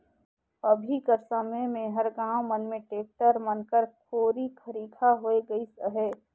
अभी कर समे मे हर गाँव मन मे टेक्टर मन हर कोरी खरिखा होए गइस अहे